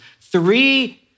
three